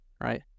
right